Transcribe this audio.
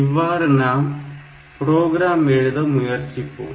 இவ்வாறு நாம் ப்ரோக்ராம் எழுத முயற்சிப்போம்